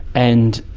and